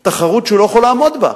תחרות שהיא לא יכולה לעמוד בה.